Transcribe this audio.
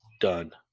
done